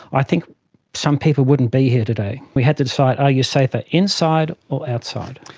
i think some people wouldn't be here today. we had to decide are you safer inside or outside?